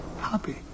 Happy